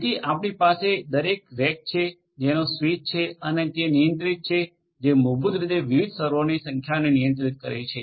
જેથી આપણી પાસે દરેક રેક છે જેને સ્વીચ છે અને તે નિયંત્રિત છે જે મૂળભૂત રીતે વિવિધ સર્વરોની સંખ્યાને નિયંત્રિત કરે છે